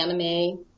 anime